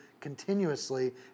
continuously